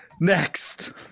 Next